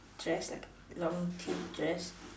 dress like a long tube dress